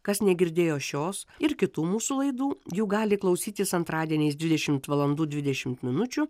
kas negirdėjo šios ir kitų mūsų laidų jų gali klausytis antradieniais dvidešimt valandų dvidešimt minučių